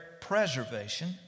preservation